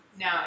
No